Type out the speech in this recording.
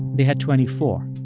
they had twenty four.